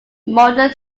modern